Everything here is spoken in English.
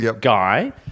guy